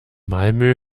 malmö